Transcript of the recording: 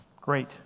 Great